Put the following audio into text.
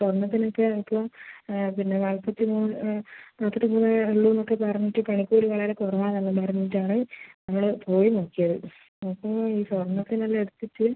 സ്വർണ്ണത്തിനൊക്കെ ഇപ്പോൾ പിന്നെ നാൽപ്പത്തി മൂന്ന് നാൽപ്പത്തി മൂന്നേ ഉള്ളുവെന്നൊക്കെ പറഞ്ഞിട്ട് പണിക്കൂലി വളരെ കുറവാണ് എല്ലാം പറഞ്ഞിട്ടാണ് നമ്മൾ പോയി നോക്കിയത് സ്വർണ്ണത്തിന് എല്ലാം എടുത്തിട്ട്